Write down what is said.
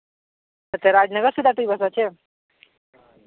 ᱟᱪᱪᱷᱟ ᱨᱟᱡᱽᱱᱚᱜᱚᱨ ᱥᱮᱱᱟᱜ ᱪᱟᱹᱭᱵᱟᱥᱟ ᱥᱮ